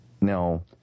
Now